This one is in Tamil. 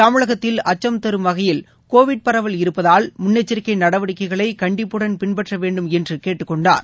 தமிழகத்தில் அச்சம் தரும் வகையில் கோவிட் பரவல் இருப்பதூல் முன்னெச்சரிக்கை நடவடிக்கைகளை கண்டிப்புடன் பின்பற்ற வேண்டும் என்று கேட்டுக்கொண்டார்